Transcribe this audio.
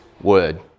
Word